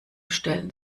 stellen